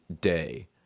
day